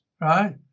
right